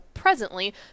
Presently